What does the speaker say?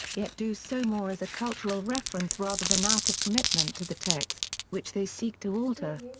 yet do so more as a cultural reference rather than out of commitment to the text, which they seek to alter.